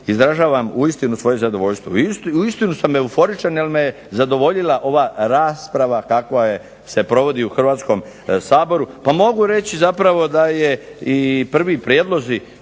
izražavam uistinu svoje zadovoljstvo, uistinu sam euforičan jer me je zadovoljila ova rasprava kakva se provodi u Hrvatskom saboru. Pa mogu reći zapravo da je i prvi prijedlozi